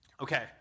Okay